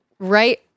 Right